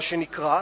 מה שנקרא,